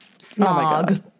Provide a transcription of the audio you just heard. Smog